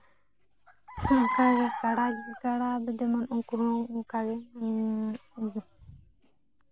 ᱚᱱᱠᱟ ᱜᱮ ᱠᱟᱲᱟ ᱠᱟᱲᱟ ᱵᱤᱫᱽᱫᱟᱹᱢᱟᱱ ᱩᱱᱠᱩ ᱦᱚᱸ ᱚᱱᱠᱟᱜᱮ